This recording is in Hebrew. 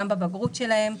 גם בבגרות שלהם.